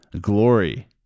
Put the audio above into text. glory